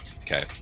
okay